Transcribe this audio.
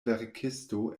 verkisto